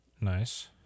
Nice